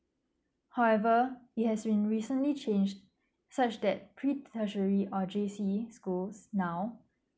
however it has been recently changed such that pre-treasury or J_C schools now